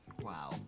Wow